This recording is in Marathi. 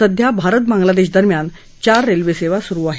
सध्या भारत बांगलादेशदरम्यान चार रेल्वेसेवा सुरु आहेत